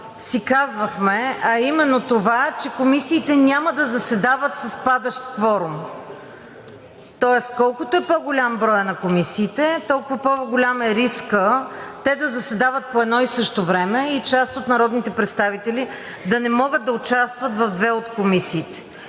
си казвахме, а именно това, че комисиите няма да заседават с падащ кворум. Тоест, колкото е по-голям броят на комисиите, толкова по-голям е рискът те да заседават по едно и също време и част от народните представители да не могат да участват в две от комисиите.